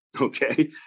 okay